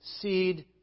seed